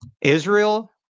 Israel